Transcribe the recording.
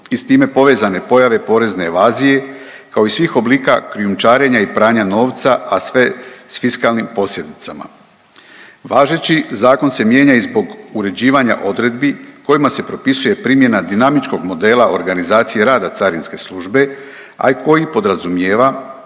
i s time povezane pojave porezne evazije kao i svih oblika krijumčarenja i pranja novca, a sve s fiskalnim posljedicama. Važeći zakon se mijenja i zbog uređivanja odredbi kojima se propisuje primjena dinamičkog modela organizacije rada Carinske službe, a i koji podrazumijeva